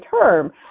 term